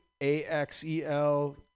A-X-E-L